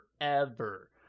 forever